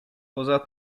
poza